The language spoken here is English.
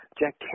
Jack